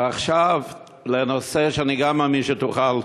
ועכשיו לנושא שאני גם מאמין שתוכל,